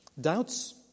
Doubts